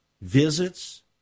visits